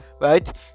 right